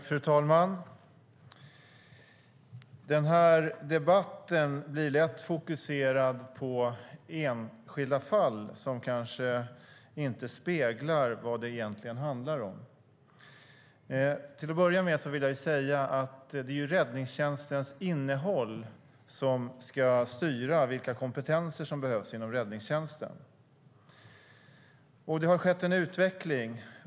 Fru talman! Den här debatten blir lätt fokuserad på enskilda fall som kanske inte speglar vad det egentligen handlar om. Till att börja med vill jag säga att det är räddningstjänstens innehåll som ska styra vilka kompetenser som behövs inom räddningstjänsten. Och det har skett en utveckling.